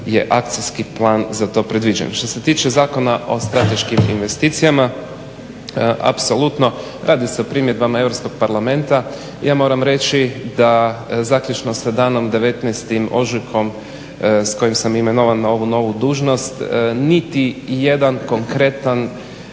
je akcijski plan za to predviđen. Što se tiče Zakona o strateškim investicijama apsolutno radi se o primjedbama Europskog parlamenta. I ja moram reći da zaključno sa danom 19. ožujkom s kojim sam imenovan na ovu novu dužnost niti jednu konkretnu